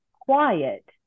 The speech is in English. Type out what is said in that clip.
quiet